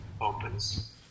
opens